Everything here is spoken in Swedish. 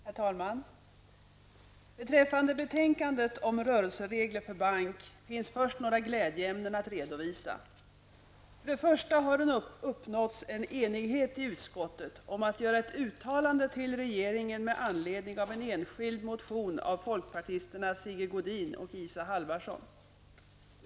Herr talman! Beträffande betänkandet om rörelseregler för bank finns först några glädjeämnen att redovisa. För det första har uppnåtts en enighet i utskottet om att göra ett uttalande till regeringen med anledning av enskild motion av folkpartisterna Sigge Godin och Isa Halvarsson.